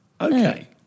Okay